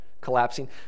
collapsing